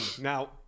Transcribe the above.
Now